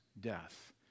death